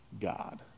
God